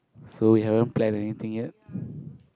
so you haven't planned anything yet